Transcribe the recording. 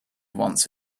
once